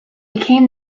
became